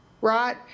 right